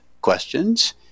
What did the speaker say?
questions